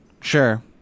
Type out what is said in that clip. Sure